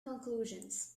conclusions